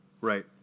Right